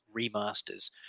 remasters